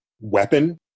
weapon